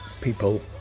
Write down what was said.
people